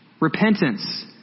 repentance